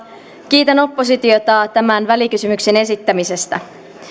kiitän oppositiota tämän välikysymyksen esittämisestä